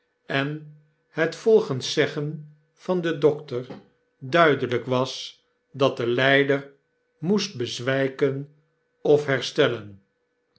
en het volgens zeggen van den dokter duidelyk was dat de lyder moest bezwijken of herstellen